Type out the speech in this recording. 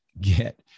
get